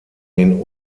den